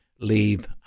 leave